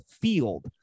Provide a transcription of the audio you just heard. field